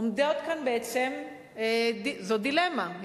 בעצם זאת דילמה.